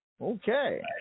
Okay